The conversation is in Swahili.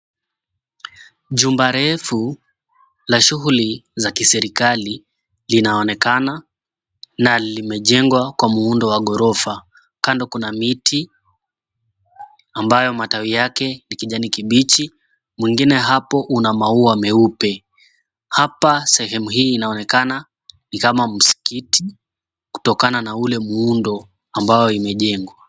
Jumba refu la shughuli za kiserikali linaonekana na limejengwa kwa muundo wa ghorofa. Kando kuna miti, ambayo matawi yake ni kijani kibichi, mwingine hapo una maua meupe. Hapa sehemu hii inaonekana ni kama msikiti kutokana na ule muundo ambao imejengwa.